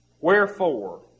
Wherefore